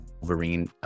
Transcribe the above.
Wolverine